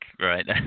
right